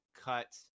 cut